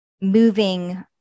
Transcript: moving